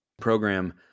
Program